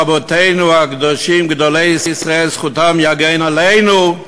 רבותינו הקדושים גדולי ישראל זכותם יגן עלינו,